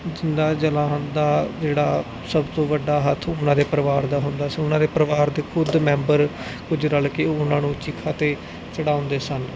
ਜਿੰਦਾ ਜਲਾਉਣ ਦਾ ਜਿਹੜਾ ਸਭ ਤੋਂ ਵੱਡਾ ਹੱਥ ਉਹਨਾਂ ਦੇ ਪਰਿਵਾਰ ਦਾ ਹੁੰਦਾ ਸੀ ਉਹਨਾਂ ਦੇ ਪਰਿਵਾਰ ਦੇ ਖੁਦ ਮੈਂਬਰ ਕੁਝ ਰਲ ਕੇ ਉਹਨਾਂ ਨੂੰ ਚਿਖਾ 'ਤੇ ਚੜਾਉਂਦੇ ਸਨ